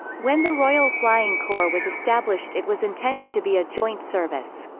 when the royal flying corps was established it was intended to be a joint service.